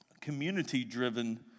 community-driven